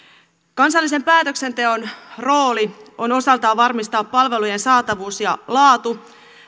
kansallisen päätöksenteon rooli on osaltaan varmistaa palvelujen saatavuus ja laatu